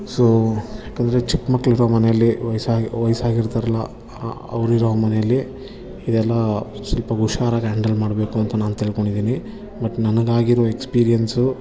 so ಯಾಕಂದರೆ ಚಿಕ್ಕಮಕ್ಳಿರೋ ಮನೆಯಲ್ಲಿ ವಯ್ಸು ವಯಸ್ಸಾಗಿರ್ತಾರಲ್ಲ ಅವರಿರೋ ಮನೆಯಲ್ಲಿ ಇದೆಲ್ಲ ಸ್ವಲ್ಪ ಹುಷಾರಾಗ್ ಹ್ಯಾಂಡಲ್ ಮಾಡಬೇಕು ಅಂತ ನಾನು ತಿಳ್ಕೊಂಡಿದ್ದೀನಿ ಬಟ್ ನನಗಾಗಿರೋ ಎಕ್ಸ್ಪೀರಿಯನ್ಸು